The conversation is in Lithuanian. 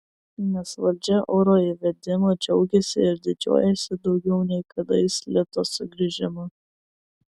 nes valdžia euro įvedimu džiaugiasi ir didžiuojasi daugiau nei kadais lito sugrįžimu